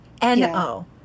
N-O